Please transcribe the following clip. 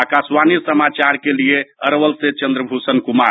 आकाशवाणी समाचार के लिए अरवल से चंद्रभूषण कुमार